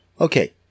Okay